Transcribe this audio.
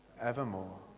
evermore